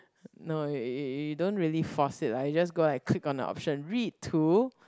no eh you don't really force it lah you just go like click on the option read to